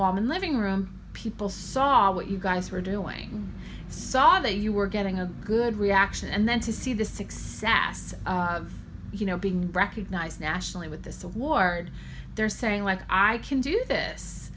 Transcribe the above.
the living room people saw what you guys were doing saw that you were getting a good reaction and then to see the success of you know being recognized nationally with this award there saying like i can do this